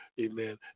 amen